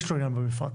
יש לו עניין במפרט.